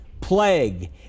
plague